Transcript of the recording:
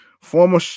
Former